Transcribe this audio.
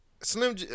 Slim